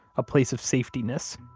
a place of safetyness.